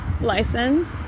license